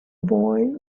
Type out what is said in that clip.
boy